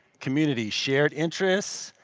community shared interest,